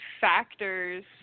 factors